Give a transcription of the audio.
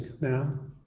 now